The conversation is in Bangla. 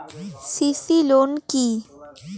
সি.সি লোন কি?